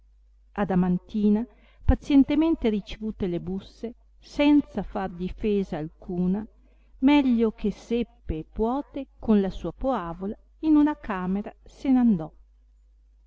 poteva movere adamantina pazientemente ricevute le busse senza far difesa alcuna meglio che seppe e puote con la sua poavola in una camera se n andò